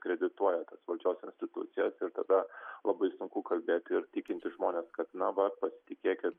kredituoja tos valdžios institucijas ir tada labai sunku kalbėti ir įtikinti žmones kad na vat pasitikėkit